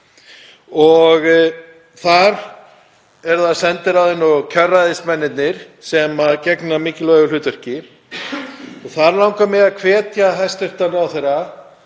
Þar eru það sendiráðin og kjörræðismennirnir sem gegna mikilvægu hlutverki. Þar langar mig að hvetja hæstv. ráðherra